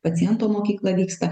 paciento mokykla vyksta